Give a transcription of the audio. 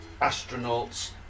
astronauts